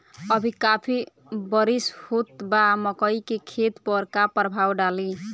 अभी काफी बरिस होत बा मकई के खेत पर का प्रभाव डालि?